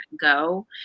go